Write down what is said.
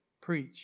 preach